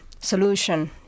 solution